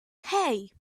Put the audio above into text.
hey